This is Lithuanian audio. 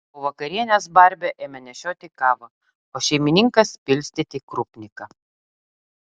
po vakarienės barbė ėmė nešioti kavą o šeimininkas pilstyti krupniką